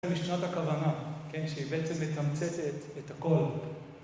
זה משנת הכוונה, שהיא בעצם מתמצתת את הכל.